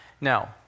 Now